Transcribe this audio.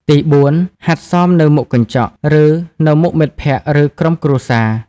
ទីបួន ហាត់សមនៅមុខកញ្ចក់ ឬនៅមុខមិត្តភក្តិ ឬក្រុមគ្រួសារ។